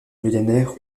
millénaire